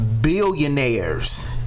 billionaires